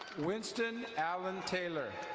winston alan taylor.